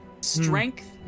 strength